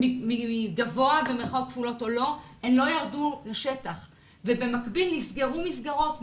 מגבוה במירכאות או לא והן לא ירדו לשטח ובמקביל נסגרו מסגרות.